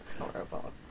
horrible